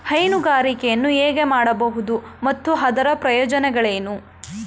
ಹೈನುಗಾರಿಕೆಯನ್ನು ಹೇಗೆ ಮಾಡಬಹುದು ಮತ್ತು ಅದರ ಪ್ರಯೋಜನಗಳೇನು?